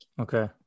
Okay